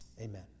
Amen